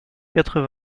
quatre